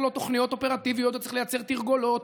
לו תוכניות אופרטיביות וצריך לייצר תרגולות.